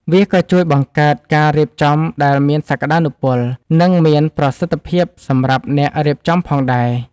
វាក៏ជួយបង្កើតការរៀបចំដែលមានសក្តានុពល និងមានប្រសិទ្ធភាពសម្រាប់អ្នករៀបចំផងដែរ។